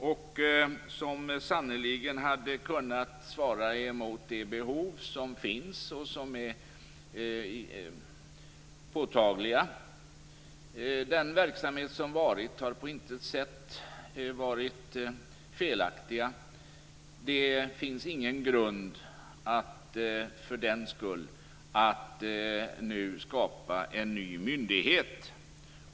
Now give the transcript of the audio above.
Det hade sannerligen kunnat svara mot de behov som finns och som är påtagliga. Den verksamhet som förekommit har på intet sätt varit felaktig. Det finns ingen grund att för den skull skapa en ny myndighet.